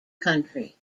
country